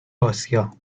آسیا